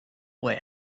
voy